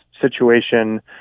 situation –